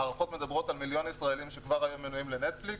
הערכות מדברות על מיליון ישראלים שכבר היום מנויים לנטפליקס.